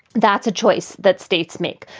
that's a choice that states make.